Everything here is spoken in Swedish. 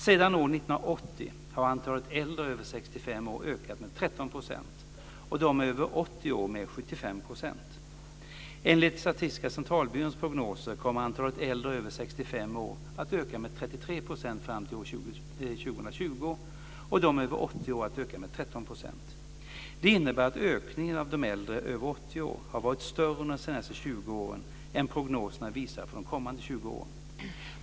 Sedan år 1980 har antalet äldre över 65 år ökat med 13 % och de över 80 år med 75 %. Enligt Statistiska Centralbyråns prognoser kommer antalet äldre över 65 år att öka med 33 % fram till år 2020 och de över 80 år att öka med 13 %. Det innebär att ökningen av de äldre över 80 år har varit större under de senaste tjugo åren än vad prognoserna visar för de kommande tjugo åren.